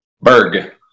Berg